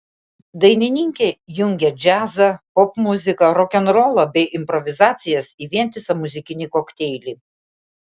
dainininkė jungia džiazą popmuziką rokenrolą bei improvizacijas į vientisą muzikinį kokteilį